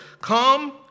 come